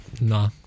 No